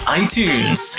iTunes